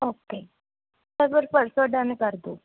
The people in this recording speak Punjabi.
ਓਕੇ ਚੱਲ ਫੇਰ ਪਰਸੋ ਡਨ ਕਰ ਦਿਓ